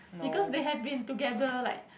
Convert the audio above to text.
because they have been together like